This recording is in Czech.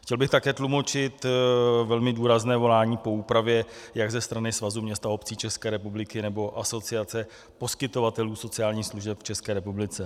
Chtěl bych také tlumočit velmi důrazné volání po úpravě jak ze strany Svazu měst a obcí České republiky, nebo Asociace poskytovatelů sociálních služeb v České republice.